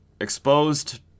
exposed